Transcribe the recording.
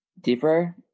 deeper